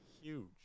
Huge